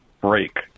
break